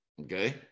Okay